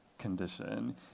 condition